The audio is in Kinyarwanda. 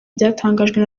byatangajwe